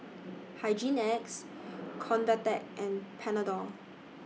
Hygin X Convatec and Panadol